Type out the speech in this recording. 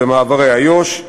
במעברי איו"ש.